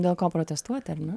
dėl ko protestuoti ar ne